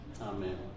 Amen